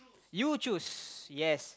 you choose yes